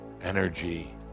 energy